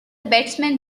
batsman